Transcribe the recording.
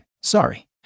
sorry